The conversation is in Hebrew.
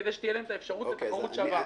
כדי שתהיה להם אפשרות לתחרות שווה.